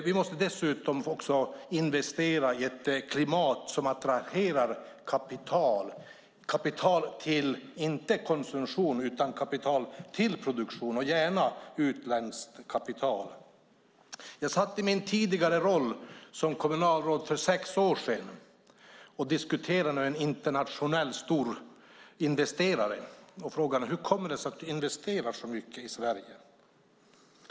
Vi måste också investera i ett klimat som attraherar kapital - inte kapital till konsumtion utan till produktion, och gärna utländskt kapital. I min tidigare roll som kommunalråd diskuterade jag för sex år sedan med en stor internationell investerare. Jag frågade: Hur kommer det sig att ni investerar så mycket i Sverige?